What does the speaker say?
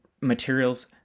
Materials